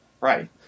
Right